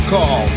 Call